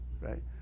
right